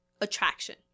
attraction